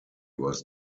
was